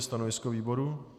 Stanovisko výboru?